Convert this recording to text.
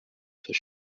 for